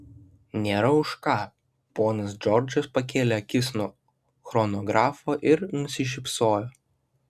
nėra už ką ponas džordžas pakėlė akis nuo chronografo ir nusišypsojo